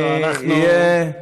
אני אהיה,